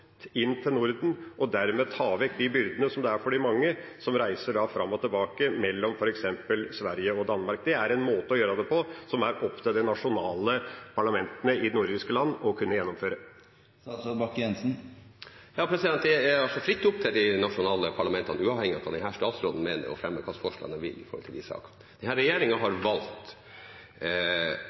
inn til Norden, og dermed ta vekk de byrdene det gir for de mange som reiser fram og tilbake mellom f.eks. Sverige og Danmark? Det er en måte å gjøre det på som er opp til de nasjonale parlamentene i de nordiske land å kunne gjennomføre. Det er fritt opp til de nasjonale parlamentene, uavhengig av hva denne statsråden mener, å fremme hvilke forslag de vil når det gjelder disse sakene. Denne regjeringen har valgt